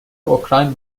اوکراین